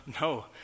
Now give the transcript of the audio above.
no